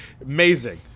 Amazing